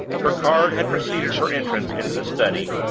her card had preceded her entrance into the study,